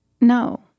No